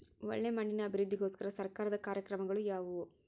ಒಳ್ಳೆ ಮಣ್ಣಿನ ಅಭಿವೃದ್ಧಿಗೋಸ್ಕರ ಸರ್ಕಾರದ ಕಾರ್ಯಕ್ರಮಗಳು ಯಾವುವು?